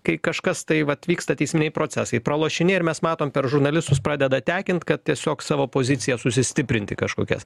kai kažkas tai vat vyksta teisminiai procesai pralošinėja ir mes matom per žurnalistus pradeda tekint kad tiesiog savo poziciją susistiprinti kažkokias